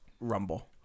rumble